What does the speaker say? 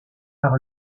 par